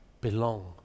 belong